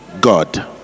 God